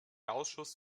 ausschuss